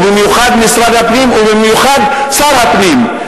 ובמיוחד משרד הפנים ובמיוחד שר הפנים,